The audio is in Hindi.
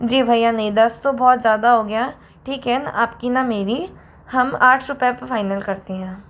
जी भैया नहीं दस तो बहुत ज़्यादा हो गया ठीक है न आपकी ना मेरी हम आठ रुपए पर फाइनल करते हैं